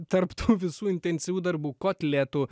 tarp tų visų intensyvių darbų kotletų